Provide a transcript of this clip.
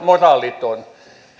moraaliton